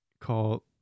call